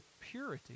purity